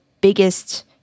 biggest